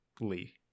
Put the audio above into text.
lee